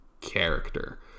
character